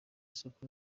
isuku